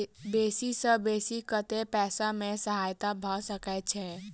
बेसी सऽ बेसी कतै पैसा केँ सहायता भऽ सकय छै?